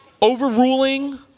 overruling